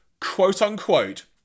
quote-unquote